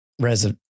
resident